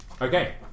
Okay